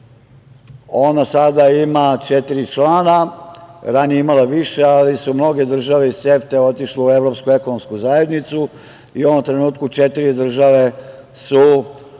ona sada ima četiri člana. Ranije je imala više, ali su mnoge države iz CEFTA-e otišle u Evropsku ekonomsku zajednicu i u ovom trenutku četiri države su